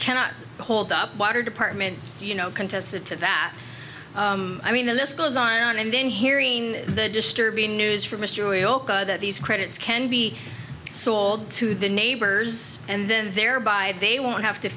cannot hold up water department you know contested to that i mean the list goes on and then hearing the disturbing news from mr we hope that these credits can be sold to the neighbors and then there by they won't have to